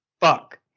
fuck